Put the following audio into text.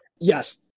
Yes